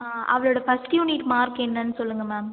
அவளோட first unit mark என்னன்னு சொல்லுங்கள் மேம்